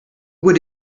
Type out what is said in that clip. would